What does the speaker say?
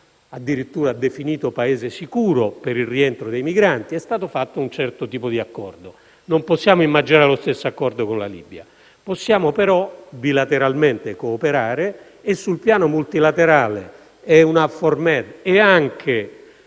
addirittura definito Paese sicuro per il rientro dei migranti ed è stato fatto un certo tipo di accordo. Non possiamo immaginare lo stesso accordo con la Libia. Possiamo però bilateralmente cooperare e, sul piano multilaterale, EUNAVFOR Med e